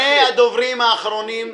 שני הדוברים האחרונים,